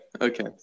okay